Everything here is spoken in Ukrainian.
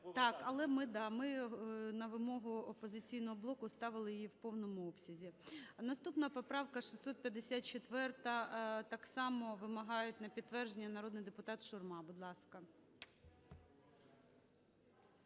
Але ми на вимогу "Опозиційного блоку" ставили її в повному обсязі. Наступна поправка 654-а. Так само вимагають на підтвердження. Народний депутат Шурма, будь ласка.